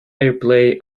airplay